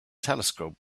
telescope